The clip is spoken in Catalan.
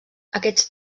aquests